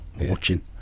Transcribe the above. watching